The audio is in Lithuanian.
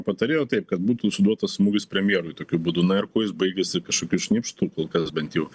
patarėjo taip kad būtų suduotas smūgis premjerui tokiu būdu na ir kuo jis baigėsi kažkokiu šnipštu kol kas bent jau